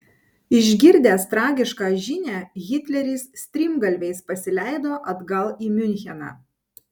išgirdęs tragišką žinią hitleris strimgalviais pasileido atgal į miuncheną